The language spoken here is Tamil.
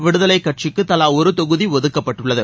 விடுதலை கட்சிக்கு தலா ஒரு தொகுதி ஒதுக்கப்பட்டுள்ளது